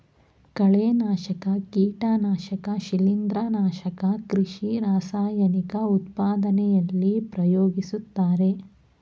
ಕಳೆನಾಶಕ, ಕೀಟನಾಶಕ ಶಿಲಿಂದ್ರ, ನಾಶಕ ಕೃಷಿ ರಾಸಾಯನಿಕ ಉತ್ಪಾದನೆಯಲ್ಲಿ ಪ್ರಯೋಗಿಸುತ್ತಾರೆ